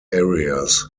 areas